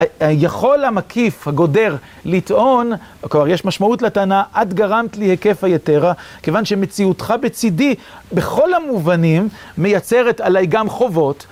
היכול המקיף, הגודר, לטעון, כלומר יש משמעות לטענה, את גרמת לי היקף היתרה, כיוון שמציאותך בצידי, בכל המובנים, מייצרת עליי גם חובות.